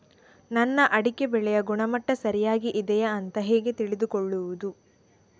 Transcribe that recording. ನನ್ನ ಅಡಿಕೆ ಬೆಳೆಯ ಗುಣಮಟ್ಟ ಸರಿಯಾಗಿ ಇದೆಯಾ ಅಂತ ಹೇಗೆ ತಿಳಿದುಕೊಳ್ಳುವುದು?